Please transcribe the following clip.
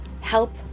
help